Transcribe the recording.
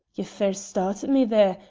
ye fair started me there,